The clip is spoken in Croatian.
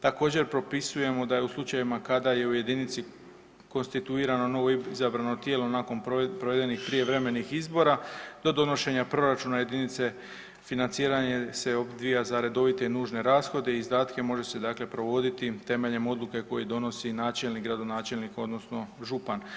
Također propisujemo da u slučajevima kada je u jedinici konstituirano novo izabrano tijelo nakon provedenih prijevremenih izbora do donošenja proračuna jedinice financiranje se odvija za redovite nužne rashode i izdatke, može se provoditi temeljem odluke koju donosi načelnik, gradonačelnik odnosno župan.